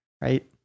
right